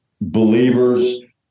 believers